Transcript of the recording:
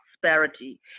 prosperity